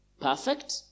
perfect